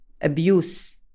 Abuse